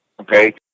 Okay